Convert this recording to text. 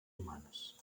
humanes